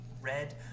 red